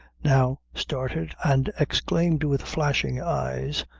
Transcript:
now started, and exclaimed with flashing eyes,